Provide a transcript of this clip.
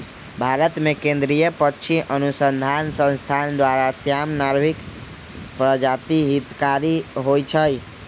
भारतमें केंद्रीय पक्षी अनुसंसधान संस्थान द्वारा, श्याम, नर्भिक प्रजाति हितकारी होइ छइ